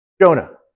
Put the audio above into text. Jonah